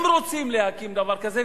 אם רוצים להקים דבר כזה,